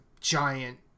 giant